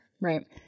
Right